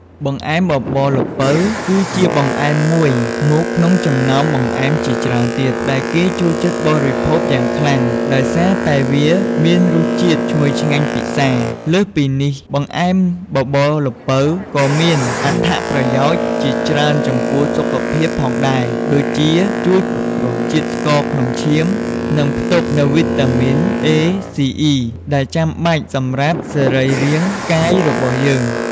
បង្អែមបបរល្ពៅគឺជាបង្អែមមួយមុខក្នុងចំណោមបង្អែមជាច្រើនទៀត ដែលគេចូលចិត្តបរិភោគយ៉ាងខ្លាំង ដោយសារតែវាមានរសជាតិឈ្ងុយឆ្ងាញ់ពិសា។ លើសពីនេះ បង្អែមបបរល្ពៅក៏មានអត្ថប្រយោជន៍ជាច្រើនចំពោះសុខភាពផងដែរ ដូចជាជួយគ្រប់គ្រងជាតិស្ករក្នុងឈាម និងផ្ទុកនូវវីតាមីន A, C, E ដែលចាំបាច់សម្រាប់សរីរាង្គកាយរបស់យើង។